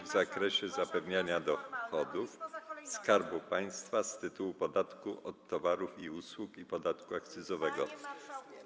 w zakresie zapewnienia dochodów Skarbu Państwa z tytułu podatku od towarów i usług i podatku akcyzowego.